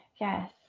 yes